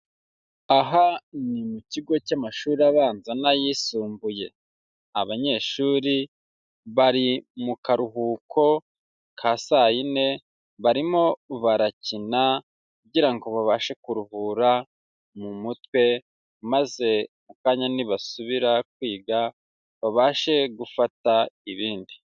Aha ni mu kigo cy'amashuri abanza n'ayisumbuye, abanyeshuri bari mu karuhuko ka saayine, barimo barakina kugira ngo babashe ku ruhura mu mutwe maze mu kanya nibasubira kwiga babashe gufata ibindi.